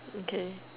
okay